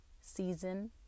season